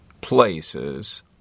places